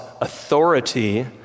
authority